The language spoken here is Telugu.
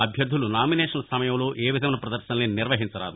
అభ్యర్థులు నామినేషన్ల సమయంలో ఏవిధమైన పదర్శనలను నిర్వహించరాదు